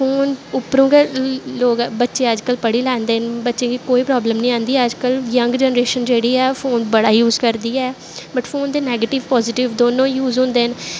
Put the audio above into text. phone उप्परों गै लोक बच्चे अज्जकल पढ़ी लैंदे न बच्चें गी कोई प्राब्लम निं आंदी अज्जकल यंग जनरेशन जेह्ड़ी ओह् फोन बड़ा यूज करदी ऐ बट फोन दे नैगटिव पाजिटिव दौनों यूज़ होंदे न